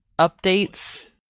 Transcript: updates